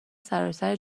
سراسر